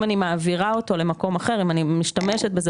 אם אני מעבירה אותו למקום אחר או משתמשת בו